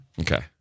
Okay